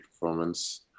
performance